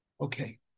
Okay